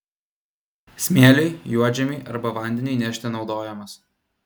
smėliui juodžemiui arba vandeniui nešti naudojamas